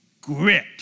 grit